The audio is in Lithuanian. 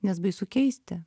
nes baisu keisti